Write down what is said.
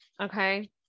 okay